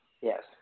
Yes